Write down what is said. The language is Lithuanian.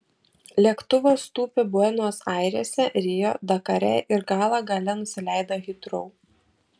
lėktuvas tūpė buenos airėse rio dakare ir galą gale nusileido hitrou